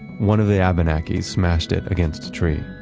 one of the abanakis smashed it against a tree.